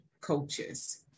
coaches